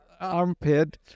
armpit